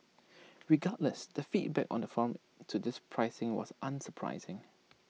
regardless the feedback on the forum to this pricing was unsurprising